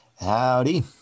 Howdy